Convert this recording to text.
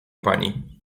pani